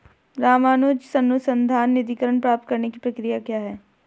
रामानुजन अनुसंधान निधीकरण प्राप्त करने की प्रक्रिया क्या है?